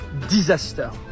disaster